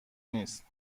نیست